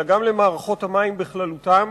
אלא גם למערכות המים בכללותן.